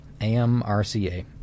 AMRCA